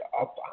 up